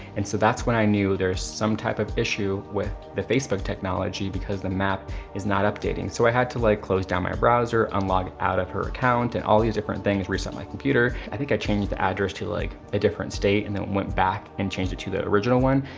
and so that's when i knew there's some type of issue with the facebook technology because the map is not updating. so i had to like close down my browser and log out her account and all these different things, reset my computer, i think i changed the address to like a different state and then went back and changed it to the original one,